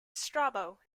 strabo